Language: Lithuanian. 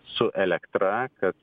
su elektra kad